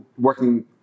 working